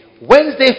Wednesday